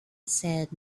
said